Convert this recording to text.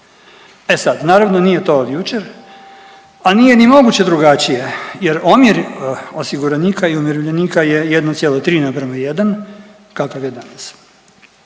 E sad, naravno nije to od jučer, a nije ni moguće drugačije jer omjer osiguranika i umirovljenika je 1,3:1 kakav je danas,